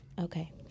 Okay